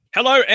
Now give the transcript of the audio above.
Hello